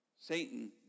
Satan